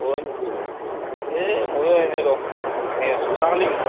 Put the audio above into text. হয় নেকি এই ময়ো এনেই ৰহ্ এনেই আছোঁ চাহ খালি